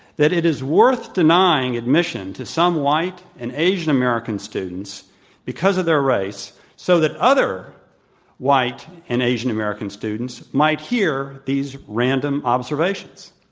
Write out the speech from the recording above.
that it is worth denying admission to some white and asian american students because of their race so that other white and asian american students might hear these random observations.